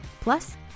Plus